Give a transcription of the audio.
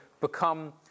become